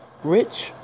Rich